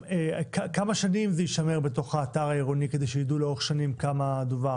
כמה שנים זה יישמר בתוך האתר העירוני כדי שיידעו לאורך שנים כמה דווח,